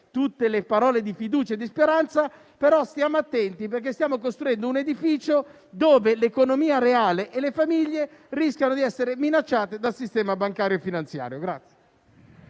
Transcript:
tutte le parole di fiducia e di speranza, però stiamo attenti, perché stiamo costruendo un edificio in cui l'economia reale e le famiglie rischiano di essere minacciate dal sistema bancario e finanziario.